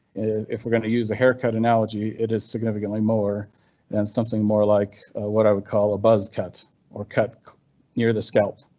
if we're going to use a haircut analogy, it is significantly more than something more like what i would call a buzz cut or cut near the scalp.